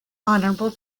honorable